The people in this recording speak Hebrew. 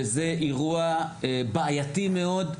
וזה אירוע בעייתי מאוד,